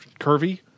curvy